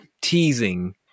teasing